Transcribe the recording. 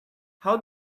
how